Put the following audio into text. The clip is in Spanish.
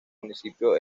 municipio